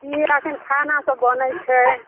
की एखन खानासभ बनैत छै